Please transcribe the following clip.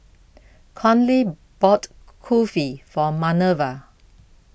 Conley bought Kulfi for Manerva